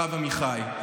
הרב עמיחי,